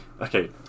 okay